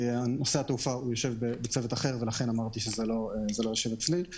נושא התעופה יושב בצוות אחר, וזה לא יושב אצלי.